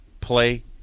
play